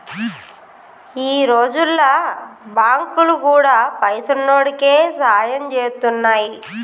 ఈ రోజుల్ల బాంకులు గూడా పైసున్నోడికే సాయం జేత్తున్నయ్